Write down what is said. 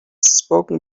spoken